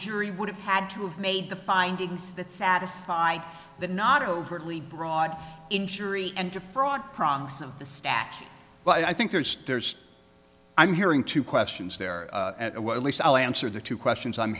jury would have had to have made the findings that satisfy the not overly broad injury and to fraud kronk's of the statute but i think there's there's i'm hearing two questions there at least i'll answer the two questions i'm